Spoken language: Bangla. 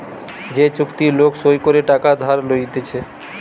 যে চুক্তি লোক সই করে টাকা ধার লইতেছে